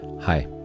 Hi